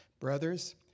Brothers